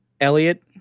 Elliot